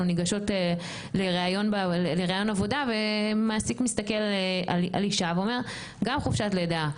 ניגשות לראיון עבודה ומעסיק מסתכל על אישה ואומר גם חופשת לידה,